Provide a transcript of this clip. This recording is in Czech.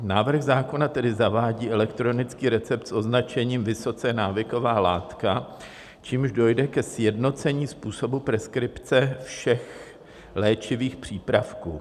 Návrh zákona tedy zavádí elektronický recept s označením vysoce návyková látka, čímž dojde ke sjednocení způsobu preskripce všech léčivých přípravků.